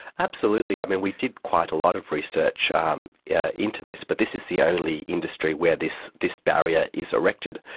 absolutely. i mean, we did quite a lot of research ah um yeah into this, but this is the only industry where this this barrier is erected.